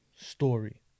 story